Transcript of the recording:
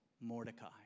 Mordecai